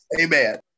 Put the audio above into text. Amen